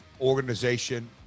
organization